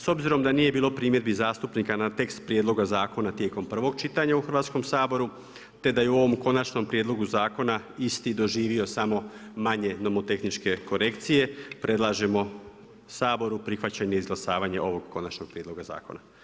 S obzirom da nije bilo primjedbi zastupnika na tekst prijedloga zakona tijekom prvog čitanja u Hrvatskom saboru te da je u ovom konačnom prijedlogu zakona isti doživio samo manje nomotehničke korekcije predlažemo Saboru prihvaćanje izglasavanja ovog konačnog prijedloga zakona.